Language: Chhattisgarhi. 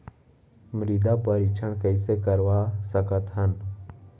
मृदा परीक्षण कइसे करवा सकत हन?